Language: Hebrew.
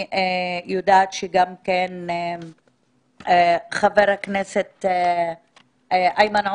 חבר הכנסת איימן עודה,